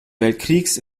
weltkriegs